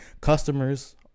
Customers